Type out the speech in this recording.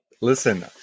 listen